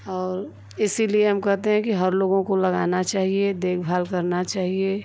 और इसीलिए हम कहते हैं कि हर लोगों को लगाना चाहिए देखभाल करनी चाहिए